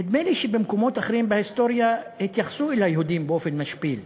נדמה לי שבמקומות אחרים בהיסטוריה התייחסו אל היהודים באופן משפיל,